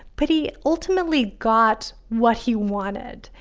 but he ultimately got what he wanted.